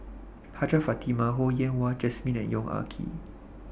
Hajjah Fatimah Ho Yen Wah Jesmine and Yong Ah Kee